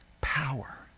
power